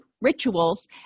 rituals